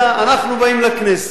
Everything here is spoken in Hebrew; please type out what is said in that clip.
אנחנו באים לכנסת,